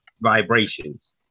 vibrations